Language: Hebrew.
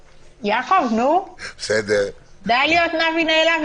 לנסח אותה בצורה יותר מדויקת למטרה שלשמה